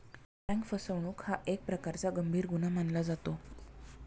bank फसवणूक हा एक प्रकारचा गंभीर गुन्हा मानला जातो